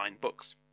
Books